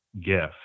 gift